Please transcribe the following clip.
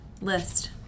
list